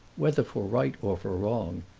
whether for right or for wrong,